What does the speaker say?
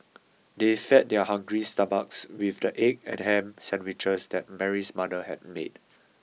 they fed their hungry stomachs with the egg and ham sandwiches that Mary's mother had made